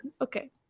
Okay